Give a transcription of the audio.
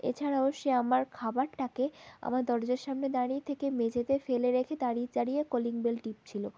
এছাড়াও সে আমার খাবারটাকে আমার দরজার সামনে দাঁড়িয়ে থেকে মেঝেতে ফেলে রেখে দাঁড়িয়ে দাঁড়িয়ে কলিং বেল টিপছিল